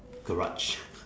garage